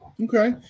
Okay